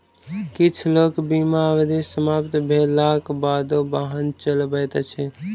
किछ लोक बीमा अवधि समाप्त भेलाक बादो वाहन चलबैत अछि